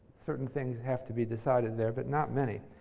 certain things have to be decided there, but not many.